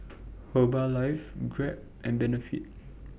Herbalife Grab and Benefit